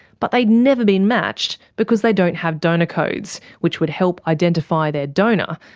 but they'd never been matched because they don't have donor codes, which would help identify their donor,